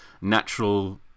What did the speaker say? natural